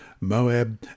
Moab